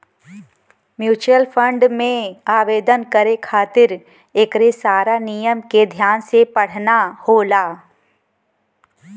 mutual fund में आवेदन करे खातिर एकरे सारा नियम के ध्यान से पढ़ना होला